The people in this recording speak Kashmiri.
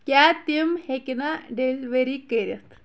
کیٛاہ تِم ہیٚکنہٕ ڈیلؤری کٔرِتھ